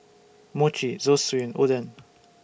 Mochi Zosui and Oden